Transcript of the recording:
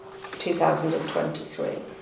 2023